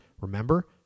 Remember